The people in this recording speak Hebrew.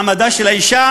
מעמדה של האישה